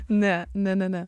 ne ne ne ne